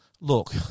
look